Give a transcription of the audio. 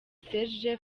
serge